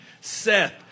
Seth